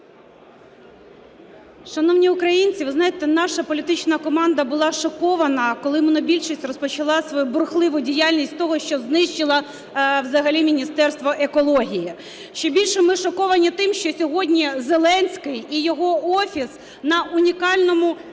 Шановні українці, ви знаєте, наша політична команда була шокована, коли монобільшість розпочала свою бурхливу діяльність з того, що знищила взагалі Міністерство екології. Ще більше ми шоковані тим, що сьогодні Зеленський і його Офіс на унікальному